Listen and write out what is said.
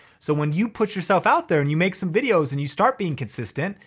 so when you put yourself out there and you make some videos and you start being consistent,